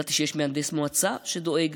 ידעתי שיש מהנדס מועצה, שדואג